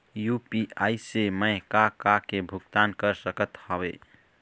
UPI से मैं का का के भुगतान कर सकत हावे?